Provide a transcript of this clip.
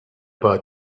about